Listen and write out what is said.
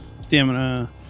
stamina